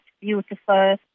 beautiful